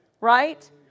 right